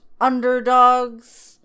underdogs